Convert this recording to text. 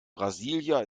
brasília